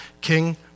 King